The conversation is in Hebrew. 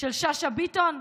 של שאשא ביטון?